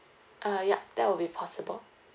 uh yup that will be possible